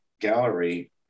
gallery